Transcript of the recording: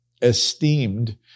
esteemed